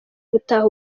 gutaha